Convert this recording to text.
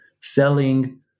selling